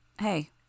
Hey